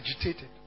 agitated